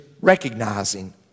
recognizing